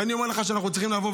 אני אומר לך שאנחנו צריכים לבוא,